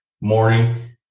morning